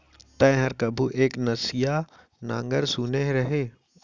तैंहर कभू एक नसिया नांगर सुने रहें?